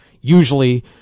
usually